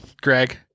Greg